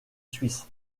suisse